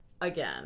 Again